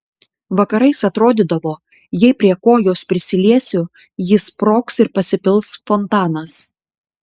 vakarais atrodydavo jei prie kojos prisiliesiu ji sprogs ir pasipils fontanas